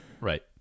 Right